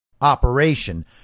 operation